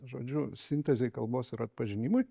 žodžiu sintezei kalbos ir atpažinimui